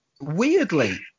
Weirdly